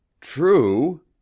True